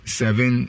seven